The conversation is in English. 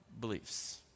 beliefs